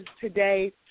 today